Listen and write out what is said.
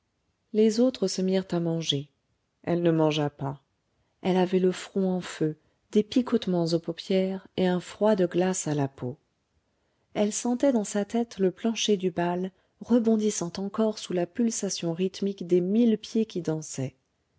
les autres se mirent à manger elle ne mangea pas elle avait le front en feu des picotements aux paupières et un froid de glace à la peau elle sentait dans sa tête le plancher du bal rebondissant encore sous la pulsation rythmique des mille pieds qui dansaient